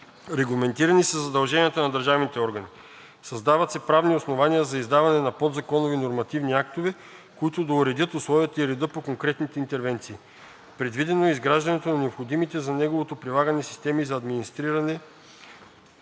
Регламентирани са задълженията на държавните органи. Създават се правни основания за издаване на подзаконови нормативни актове, които да уредят условията и реда по конкретните интервенции. Предвидено е изграждането на необходимите за неговото прилагане системи за администриране